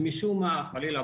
ומשום מה חלילה,